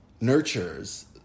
nurtures